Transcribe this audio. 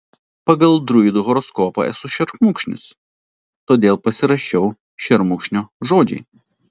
pagal druidų horoskopą esu šermukšnis todėl pasirašiau šermukšnio žodžiai